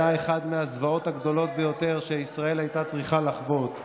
אותו פינוי היה אחד מהזוועות הגדולות שישראל הייתה צריכה לחוות.